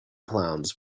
clowns